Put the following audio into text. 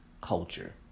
culture